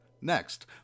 Next